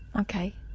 Okay